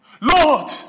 Lord